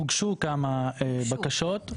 הוגשו כמה בקשות.